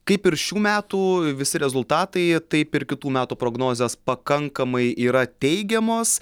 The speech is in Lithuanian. kaip ir šių metų visi rezultatai taip ir kitų metų prognozės pakankamai yra teigiamos